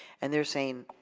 and they're saying,